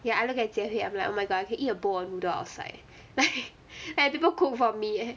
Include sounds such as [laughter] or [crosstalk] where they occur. ya I look at jie hui I'm like oh my god I can eat a bowl of noodle outside like [laughs] people cook for me eh